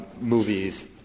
movies